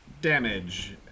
damage